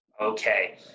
Okay